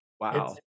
wow